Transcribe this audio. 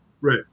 Right